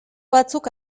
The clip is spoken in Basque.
batzuk